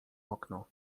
okno